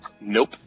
Nope